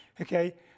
okay